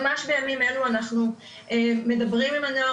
ממש בימים אלו אנחנו מדברים עם הנוער,